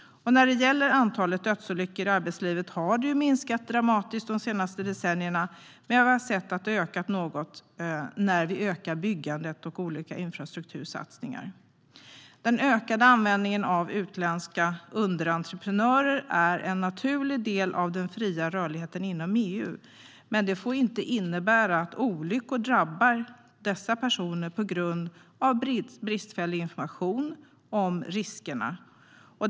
Antalet dödsolyckor i arbetslivet har minskat dramatiskt de senaste decennierna, men vi ser att de ökar något när byggandet och olika infrastruktursatsningar ökar. Den ökade användningen av utländska underentreprenörer är en naturlig del av den fria rörligheten inom EU, men det får inte innebära att olyckor drabbar dessa personer på grund av bristfällig information om risker.